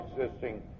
existing